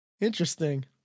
Interesting